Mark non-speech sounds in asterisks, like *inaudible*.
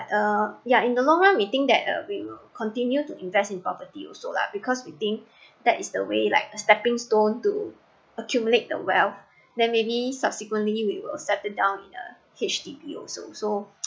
uh yeah in the long run we think that uh we will continue to invest in property also lah because we think that is the way like a stepping stone to accumulate the wealth then maybe subsequently we will settle down in the H_B_D also so *noise*